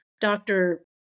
doctor